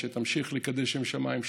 שתמשיך לקדש שם שמיים,